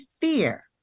fear